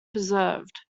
preserved